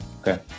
Okay